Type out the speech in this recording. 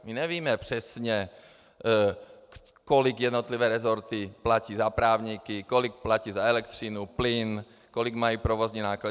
My nevíme přesně, kolik jednotlivé resorty platí za právníky, kolik platí za elektřinu, plyn, kolik mají provozní náklady.